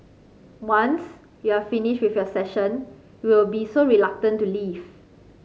once you're finished with your session you'll be so reluctant to leave